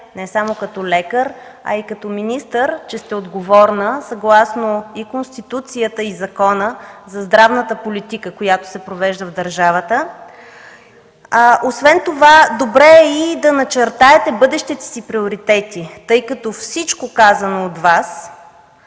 не само като лекар, а и като министър, че сте отговорна съгласно и Конституцията, и закона, за здравната политика, която се провежда в държавата. Добре е и да начертаете бъдещите си приоритети, тъй като всичко казано от Вас